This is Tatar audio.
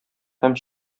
һәм